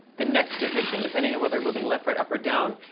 the next position, depending on whether we're moving left, right, up, or down,